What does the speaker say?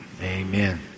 amen